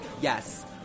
yes